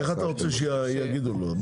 איך אתה רוצה שיאמרו לו?